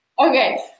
Okay